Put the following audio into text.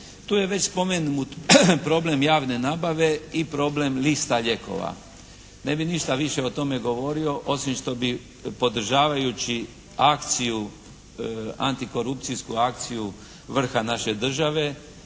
Tu je već spomenut problem javne nabave i problem lista lijekova. Ne bi ništa više o tome govorio osim što bi podržavajući akciju, antikorupcijsku akciju vrha naše države,